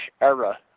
era